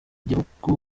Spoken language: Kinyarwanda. igihugu